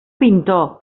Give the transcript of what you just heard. pintor